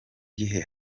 gihe